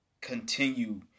continue